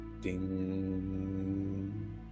Ding